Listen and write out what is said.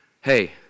hey